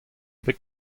bet